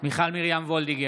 מיכל מרים וולדיגר,